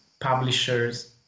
publishers